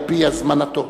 על-פי הזמנתו,